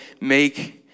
make